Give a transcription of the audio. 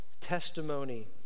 testimony